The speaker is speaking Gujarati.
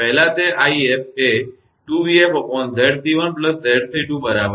પહેલા તે 𝑖𝑓 એ 2𝑣𝑓𝑍𝑐1𝑍𝑐2 હતો બરાબર